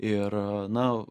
ir na